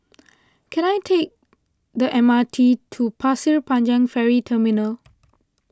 can I take the M R T to Pasir Panjang Ferry Terminal